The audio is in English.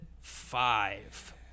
five